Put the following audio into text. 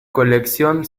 colección